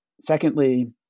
Secondly